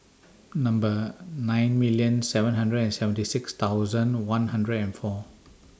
Number nine million seven hundred and seventy six thousand one hundred and four